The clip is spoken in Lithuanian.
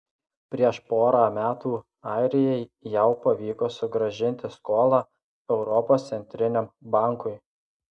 prieš porą metų airijai jau pavyko sugrąžinti skolą europos centriniam bankui